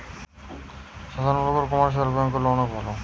সাধারণ লোকের জন্যে কমার্শিয়াল ব্যাঙ্ক গুলা অনেক ভালো